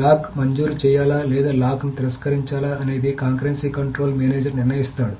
lock మంజూరు చేయాలా లేదా లాక్ను తిరస్కరించాలా అనేది కాంకరెన్సీ కంట్రోల్ మేనేజర్ నిర్ణయిస్తాడు